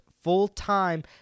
full-time